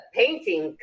painting